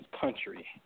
country